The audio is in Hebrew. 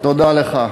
תודה לך.